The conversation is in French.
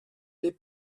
lait